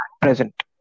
present